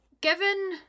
given